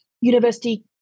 university